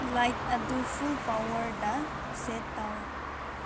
light ꯑꯗꯨ full ꯄꯥꯎꯋꯔꯗ set ꯇꯧ